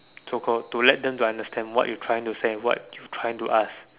so called to let them to understand what you trying to say what you trying to ask